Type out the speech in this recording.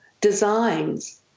designs